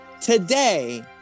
Today